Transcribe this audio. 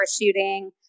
shooting